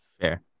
Fair